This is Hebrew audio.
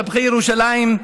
"שבחי ירושלים",